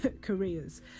careers